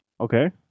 Okay